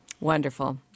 Wonderful